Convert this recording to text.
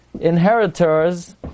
inheritors